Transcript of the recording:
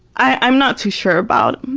i'm not too sure about him.